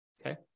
Okay